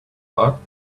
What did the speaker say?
but